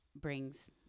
brings